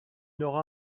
n’aura